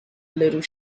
little